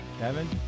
Kevin